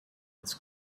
its